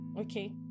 Okay